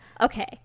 Okay